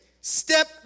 step